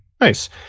Nice